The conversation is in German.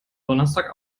donnerstag